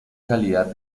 calidad